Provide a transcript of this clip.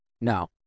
No